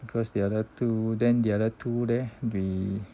because the other two then the other two there be